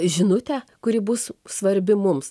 žinutę kuri bus svarbi mums